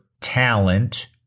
talent